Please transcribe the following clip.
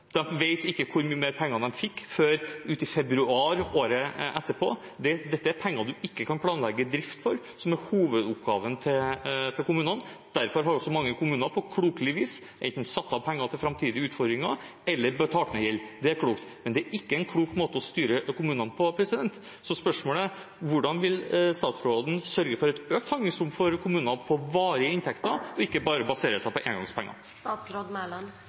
ikke hvor mye mer penger de får, før i februar året etter. Dette er penger man ikke kan planlegge drift for, som er hovedoppgaven til kommunene. Derfor har også mange kommuner på klokelig vis enten satt av penger til framtidige utfordringer, eller betalt ned gjeld. Det er klokt. Men det er ingen klok måte å styre kommunene på. Spørsmålet er: Hvordan vil statsråden sørge for et økt handlingsrom for kommunene – med varige inntekter og ikke bare basert på